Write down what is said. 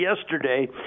yesterday